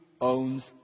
owns